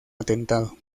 atentado